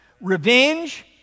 Revenge